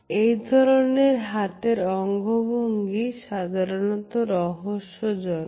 এই ধরনের হাতের অঙ্গভঙ্গি সাধারণত রহস্যজনক